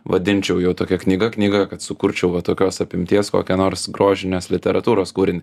vadinčiau jau tokia knyga knyga kad sukurčiau va tokios apimties kokią nors grožinės literatūros kūrinį